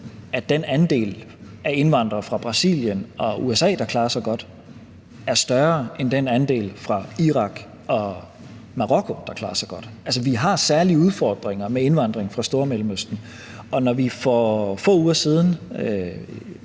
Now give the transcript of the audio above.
at den andel af indvandrere fra Brasilien og USA, der klarer sig godt, er større end den andel fra Irak og Marokko, der klarer sig godt. Vi har altså særlige udfordringer med indvandring fra Stormellemøsten. Når justitsministeren,